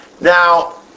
Now